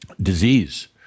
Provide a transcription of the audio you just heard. disease